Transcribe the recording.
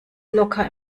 locker